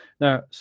now